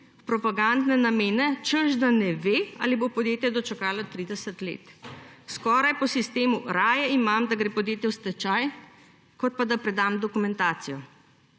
propagandne namene, češ da ne ve, ali bo podjetje dočakalo 30 let. Skoraj po sistemu − raje imam, da gre podjetje v stečaj, kot pa da predam dokumentacijo.